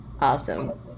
Awesome